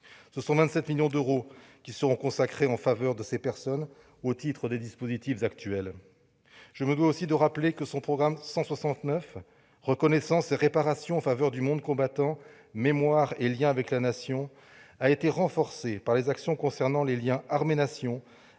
Ainsi, 27 millions d'euros seront consacrés à ces personnes au titre des dispositifs actuels. Je me dois aussi de rappeler que le programme 169 de la loi de finances, « Reconnaissance et réparation en faveur du monde combattant, mémoire et liens avec la Nation », a été renforcé par les actions concernant les liens armées-Nation,